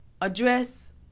address